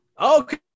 Okay